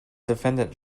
defendant